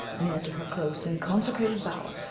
near to her close and consecrated bower,